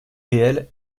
réels